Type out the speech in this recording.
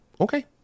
Okay